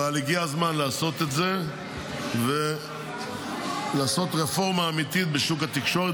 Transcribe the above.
אבל הגיע הזמן לעשות את זה ולעשות רפורמה אמיתית בשוק התקשורת,